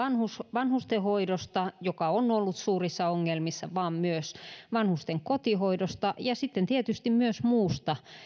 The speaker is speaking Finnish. vanhustenhoidosta joka on ollut suurissa ongelmissa vaan myös vanhusten kotihoidosta ja sitten tietysti myös muusta